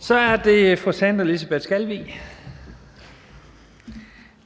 Kl. 13:01 Sandra Elisabeth Skalvig (LA):